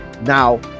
Now